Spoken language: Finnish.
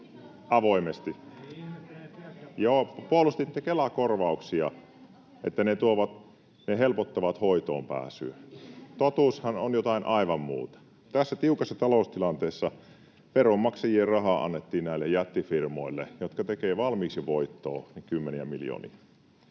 Joo, puolustitte Kela-korvauksia, että ne helpottavat hoitoonpääsyä. Totuushan on jotain aivan muuta. Tässä tiukassa taloustilanteessa veronmaksajien rahaa annettiin näille jättifirmoille, jotka tekevät jo valmiiksi voittoa kymmeniä miljoonia.